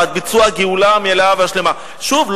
ועד ביצוע הגאולה המלאה והשלמה." שוב,